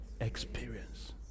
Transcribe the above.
experience